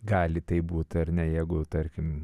gali taip būti ar ne jeigu tarkim